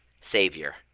savior